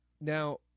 Now